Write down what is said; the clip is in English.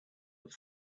have